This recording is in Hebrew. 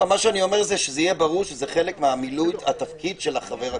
מה שאני אומר שזה יהיה ברור שזה חלק ממילוי התפקיד של חבר הכנסת.